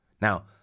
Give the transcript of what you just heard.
Now